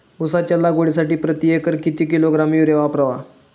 उसाच्या लागवडीसाठी प्रति एकर किती किलोग्रॅम युरिया वापरावा?